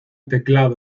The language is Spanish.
teclado